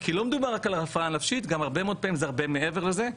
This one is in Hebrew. כי לא מדובר רק על הפרעה נפשית והרבה מאוד פעמים זה הרבה מעבר לזה,